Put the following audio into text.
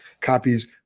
copies